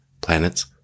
planets